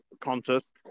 contest